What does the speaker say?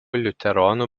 liuteronų